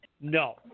no